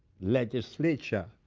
legislature